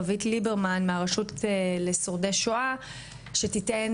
רווית ליברמן מהרשות לשורדי שואה שתיתן